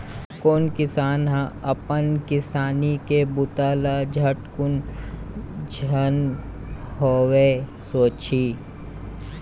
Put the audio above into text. कोन किसान ह अपन किसानी के बूता ल झटकुन झन होवय सोचही